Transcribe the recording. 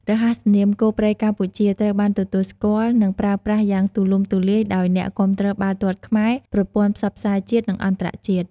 រហស្សនាម "គោព្រៃកម្ពុជា" ត្រូវបានទទួលស្គាល់ និងប្រើប្រាស់យ៉ាងទូលំទូលាយដោយអ្នកគាំទ្របាល់ទាត់ខ្មែរ ប្រព័ន្ធផ្សព្វផ្សាយជាតិ និងអន្តរជាតិ។